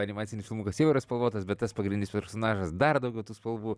animacinis filmukas jau yra spalvotas bet tas pagrindinis personažas dar daugiau tų spalvų